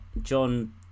John